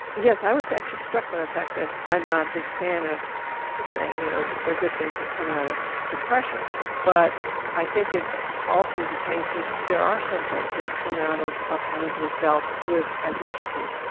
yes, i was actually struck by the fact that i'm not a big fan of saying you know there are good things that come out of depression, but i think it's also the case that there are some things that come out of of having to have dealt with adversity.